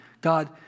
God